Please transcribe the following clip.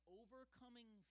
overcoming